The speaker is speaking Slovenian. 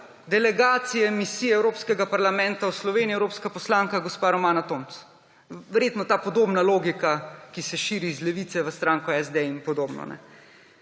delegacije misije Evropskega parlamenta v Sloveniji, evropska poslanka gospa Romana Tomc. Verjetno ta podobna logika, ki se širi iz Levice v stranko SD in podobno.